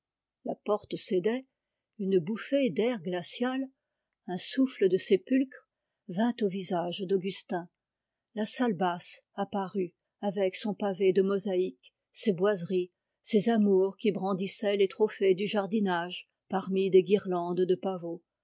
la porte cédait un souffle de sépulcre vint au visage d'augustin la salle basse apparut avec son pavé de mosaïque ses boiseries ses amours qui brandissaient des trophées parmi des guirlandes de pavots